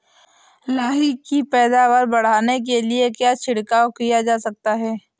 लाही की पैदावार बढ़ाने के लिए क्या छिड़काव किया जा सकता है?